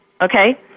Okay